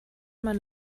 man